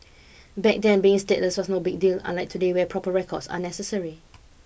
back then being stateless was no big deal unlike today where proper records are necessary